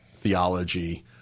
theology